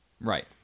Right